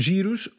Giros